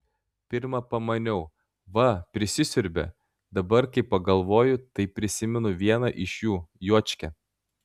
pirma pamaniau va prisisiurbė dabar kai pagalvoju tai prisimenu vieną iš jų juočkę